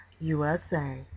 USA